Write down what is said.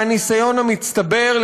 מהניסיון המצטבר,